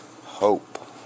hope